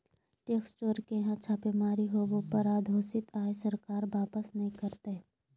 tax चोर के यहां छापेमारी होबो पर अघोषित आय सरकार वापस नय करतय